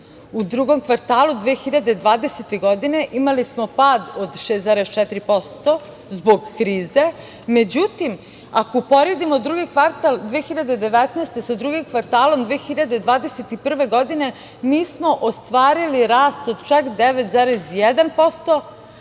U drugom kvartalu 2020. godine imali smo pad od 6,4% zbog krize, međutim ako uporedimo drugi kvartal 2019. godine sa drugim kvartalom 2021. godine mi smo ostvarili rast od čak 9,1%,